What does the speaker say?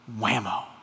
whammo